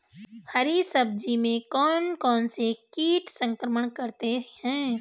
हरी सब्जी में कौन कौन से कीट संक्रमण करते हैं?